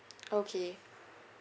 okay